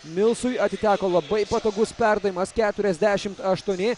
milsui atiteko labai patogus perdavimas keturiasdešim aštuoni